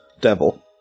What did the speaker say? devil